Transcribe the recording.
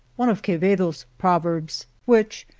one of quevedo's proverbs which,